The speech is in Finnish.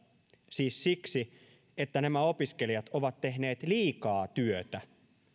siis siksi että nämä opiskelijat ovat tehneet liikaa työtä